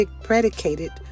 predicated